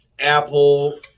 Apple